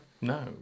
No